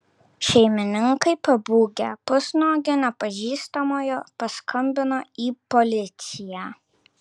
šeimininkai pabūgę pusnuogio nepažįstamojo paskambino į policiją